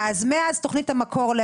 גם חדרי הניתוחים מ-14:00 סגורים.